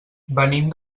venim